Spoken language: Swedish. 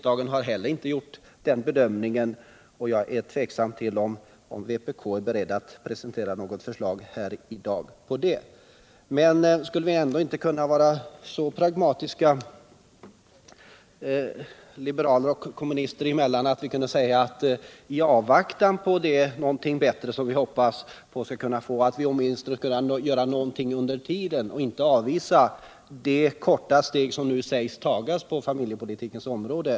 Det är också riksdagens bedömning. Jag är tveksam till om vpk är berett att presentera något förslag I dag. Skulle vi ändå inte kunna vara så pragmatiska, liberaler och kommunister emellan, att vi, i avvaktan på nägonting bättre som vi hoppas kunna få, åtminstone skulle göra någonting under tiden och inte avvisa det korta steg som det nu sägs att vi tar på familjepolitikens område.